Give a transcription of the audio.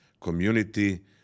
community